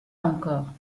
encore